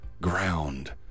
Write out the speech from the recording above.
ground